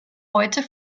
heute